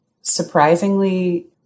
surprisingly